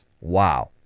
Wow